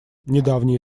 недавние